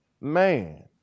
man